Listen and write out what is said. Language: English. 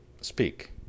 Speak